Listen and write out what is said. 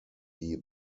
die